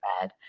bad